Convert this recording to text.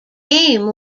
game